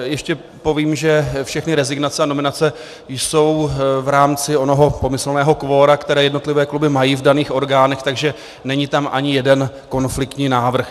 Ještě povím, že všechny rezignace a nominace jsou v rámci onoho pomyslného kvora, které jednotlivé kluby mají v daných orgánech, takže není tam ani jeden konfliktní návrh.